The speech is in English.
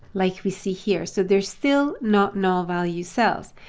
like we see here. so there's still not null value cells.